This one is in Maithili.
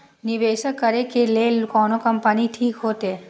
निवेश करे के लेल कोन कंपनी ठीक होते?